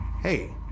hey